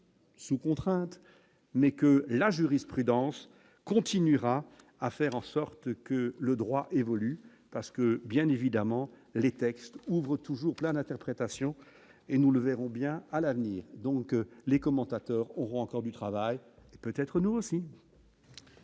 Sous contrainte, mais que la jurisprudence continuera à faire en sorte que le droit évolue parce que bien évidemment les textes ouvrent toujours plein interprétation et nous le verrons bien à l'avenir, donc les commentateurs ont encore du travail peut-être nous aussi.